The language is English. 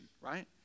right